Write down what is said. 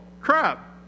crap